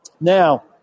Now